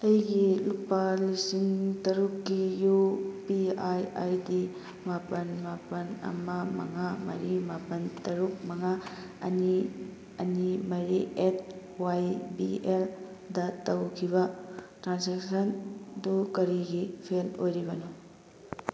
ꯑꯩꯒꯤ ꯂꯨꯄꯥ ꯂꯤꯁꯤꯡ ꯇꯔꯨꯛꯀꯤ U P I I D ꯃꯥꯄꯜ ꯃꯥꯄꯜ ꯑꯃ ꯃꯉꯥ ꯃꯔꯤ ꯃꯥꯄꯜ ꯇꯔꯨꯛ ꯃꯉꯥ ꯑꯅꯤ ꯑꯅꯤ ꯃꯔꯤ ꯑꯦꯠ ꯋꯥꯏ ꯕꯤ ꯑꯦꯜꯗ ꯇꯧꯈꯤꯕ ꯇ꯭ꯔꯥꯟꯁꯦꯛꯁꯟꯗꯨ ꯀꯔꯤꯒꯤ ꯐꯦꯜ ꯑꯣꯏꯔꯤꯕꯅꯣ